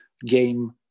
game